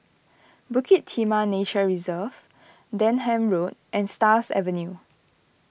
Bukit Timah Nature Reserve Denham Road and Stars Avenue